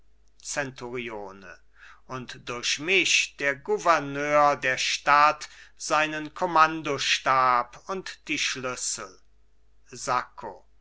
zenturione und durch mich der gouverneur der stadt seinen kommandostab und die schlüssel sacco